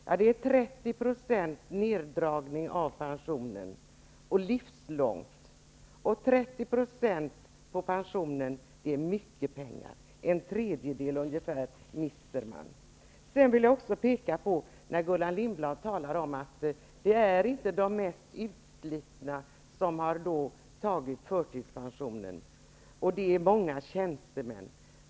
Ja, det innebär 30 % Och 30 % är mycket pengar; man mister ungefär en tredjedel. Gullan Lindblad talar om att det inte är de mest utslitna som har tagit delpension och att det i stället är många tjänstemän.